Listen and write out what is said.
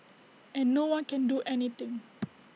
and no one can do anything